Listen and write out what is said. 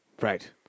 Right